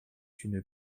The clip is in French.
une